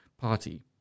Party